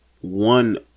one